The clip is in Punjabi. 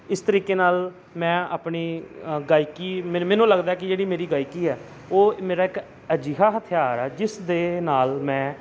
ਇਸ ਤਰੀਕੇ ਨਾਲ ਮੈਂ ਆਪਣੀ ਗਾਇਕੀ ਮੈਨ ਮੈਨੂੰ ਲੱਗਦਾ ਕਿ ਜਿਹੜੀ ਮੇਰੀ ਗਾਇਕੀ ਹੈ ਉਹ ਮੇਰਾ ਇੱਕ ਅਜਿਹਾ ਹਥਿਆਰ ਆ ਜਿਸ ਦੇ ਨਾਲ ਮੈਂ